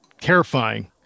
terrifying